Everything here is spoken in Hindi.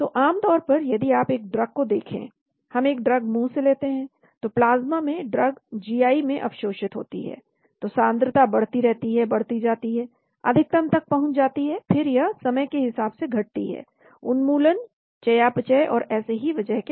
तो आमतौर पर यदि आप एक ड्रग को देखें हम एक ड्रग मुंह से लेते हैं तो प्लाज्मा में ड्रग जीआई में अवशोषित होती है तो सान्द्रता बढ़ती रहती है बढ़ती जाती है अधिकतम तक पहुंच जाती है फिर यह समय के हिसाब से घटती है उन्मूलन चयापचय और ऐसे ही वजह के कारण